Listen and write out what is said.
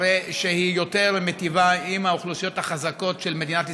הרי שהיא יותר מיטיבה עם האוכלוסיות החזקות של מדינת ישראל.